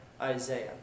Isaiah